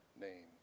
name